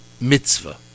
Mitzvah